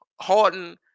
Harden